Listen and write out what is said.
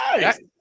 Nice